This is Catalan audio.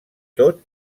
tot